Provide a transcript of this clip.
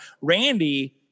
Randy